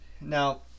Now